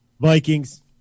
Vikings